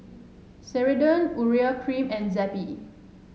Ceradan Urea Cream and Zappy